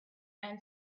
and